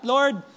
Lord